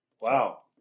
Wow